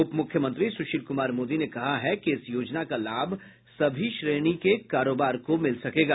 उपमुख्यमंत्री सुशील कुमार मोदी ने कहा है कि इस योजना का लाभ सभी श्रेणी के कारोबार को मिल सकेगा